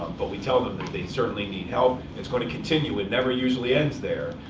but we tell them that they certainly need help. it's going to continue. it never usually ends there,